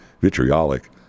vitriolic